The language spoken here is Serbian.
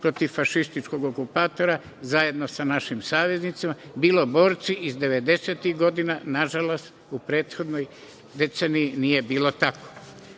protiv fašističkog okupatora zajedno sa našim saveznicima, bilo borci iz 90-tih godina. Nažalost, u prethodnoj deceniji nije bilo